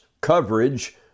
coverage